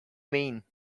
mean